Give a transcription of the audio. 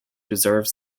deserve